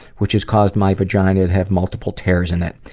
which has caused my vagina to have multiple tears in it.